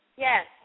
Yes